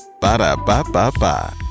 Ba-da-ba-ba-ba